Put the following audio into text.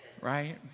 right